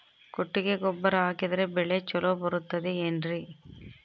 ಕೊಟ್ಟಿಗೆ ಗೊಬ್ಬರ ಹಾಕಿದರೆ ಬೆಳೆ ಚೊಲೊ ಬರುತ್ತದೆ ಏನ್ರಿ?